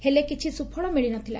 ହେଲେ କିଛି ସ୍ପଫଳ ମିଳି ନ ଥିଲା